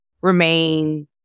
remain